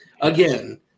Again